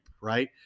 Right